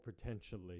potentially